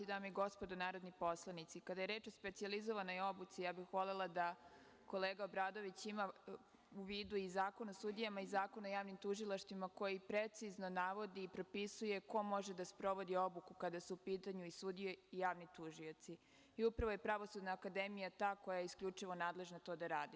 Dame i gospodo narodni poslanici, kada je reč o specijalizovanoj obuci, volela bih da kolega Obradović ima u vidu i Zakon o sudijama i Zakon o javnim tužilaštvima, koji precizno navodi i propisuje ko može da sprovodi obuku kada su u pitanju i sudije i javni tužioci i upravo je Pravosudna akademija ta koja je isključivo nadležna da to radi.